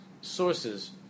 sources